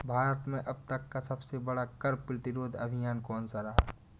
भारत में अब तक का सबसे बड़ा कर प्रतिरोध अभियान कौनसा रहा है?